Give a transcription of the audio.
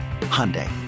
Hyundai